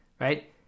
right